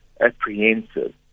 apprehensive